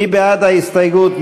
מי בעד ההסתייגות?